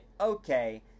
okay